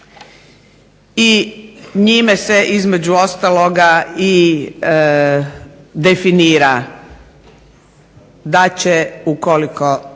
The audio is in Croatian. i njime se između ostaloga i definira da će ukoliko